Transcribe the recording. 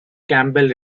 campbell